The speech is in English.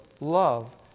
love